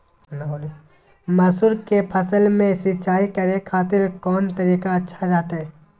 मसूर के फसल में सिंचाई करे खातिर कौन तरीका अच्छा रहतय?